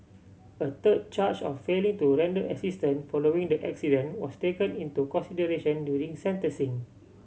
a third charge of failing to render assistant following the accident was taken into consideration during sentencing